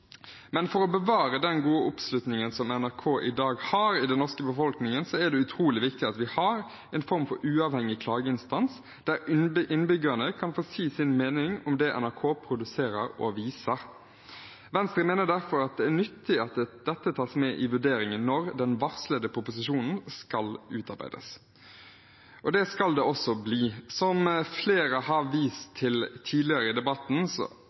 Men for å bevare den gode oppslutningen som NRK i dag har i den norske befolkningen, er det utrolig viktig at vi har en form for uavhengig klageinstans, der innbyggerne kan få si sin mening om det NRK produserer og viser. Venstre mener derfor at det er nyttig at dette tas med i vurderingen når den varslede proposisjonen skal utarbeides. Slik skal det også bli. Som flere har vist til tidligere i debatten,